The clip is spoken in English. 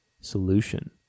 solution